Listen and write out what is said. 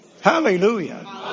Hallelujah